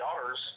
daughters